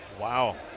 Wow